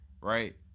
right